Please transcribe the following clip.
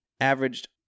averaged